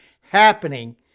happening